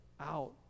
out